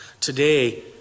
today